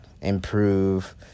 improve